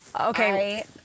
okay